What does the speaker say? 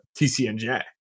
TCNJ